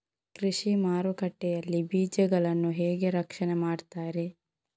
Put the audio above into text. ಕೃಷಿ ಮಾರುಕಟ್ಟೆ ಯಲ್ಲಿ ಬೀಜಗಳನ್ನು ಹೇಗೆ ರಕ್ಷಣೆ ಮಾಡ್ತಾರೆ?